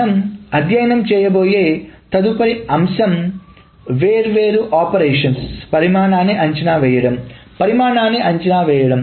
మనం అధ్యయనం చేయబోయే తదుపరి అంశం వేర్వేరు ఆపరేషన్ పరిమాణాన్ని అంచనా వేయడం పరిమాణాన్ని అంచనా వేయడం